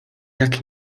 jak